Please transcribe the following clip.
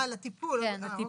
לטיפול, אוקיי.